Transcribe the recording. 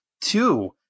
Two